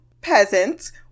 peasants